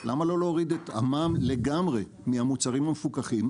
למה לא להוריד את המע"מ לגמרי מהמוצרים המפוקחים?